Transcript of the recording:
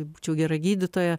būčiau gera gydytoja